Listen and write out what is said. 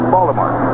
Baltimore